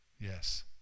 Yes